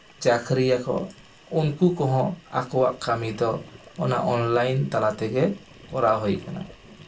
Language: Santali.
ᱪᱟᱹᱠᱨᱤ ᱭᱟᱠᱚ ᱩᱱᱠᱩ ᱠᱚᱦᱚᱸ ᱟᱠᱚᱣᱟᱜ ᱠᱟᱹᱢᱤ ᱫᱚ ᱚᱱᱟ ᱚᱱᱞᱟᱭᱤᱱ ᱛᱟᱞᱟ ᱛᱮᱜᱮ ᱠᱚᱨᱟᱣ ᱦᱩᱭ ᱠᱟᱱᱟ